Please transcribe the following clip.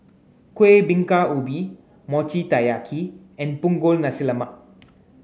Kueh Bingka Ubi Mochi Taiyaki and Punggol Nasi Lemak